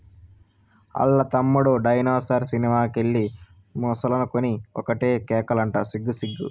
ఆల్ల తమ్ముడు dinosaur cinema కెళ్ళి ముసలనుకొని ఒకటే కేకలంట సిగ్గు సిగ్గు